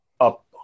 up